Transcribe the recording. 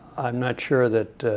i'm not sure that